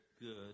good